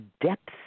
depth